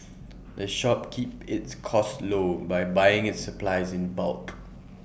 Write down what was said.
the shop keeps its costs low by buying its supplies in bulk